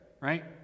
right